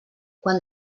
quan